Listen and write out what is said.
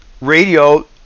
radio